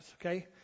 okay